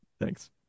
Thanks